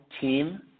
team